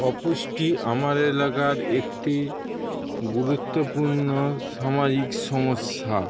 অপুষ্টি আমার এলাকার একটি গুরুত্বপূর্ণ সামাজিক সমস্যা